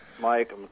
Mike